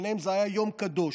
בעיניהם זה היה יום קדוש.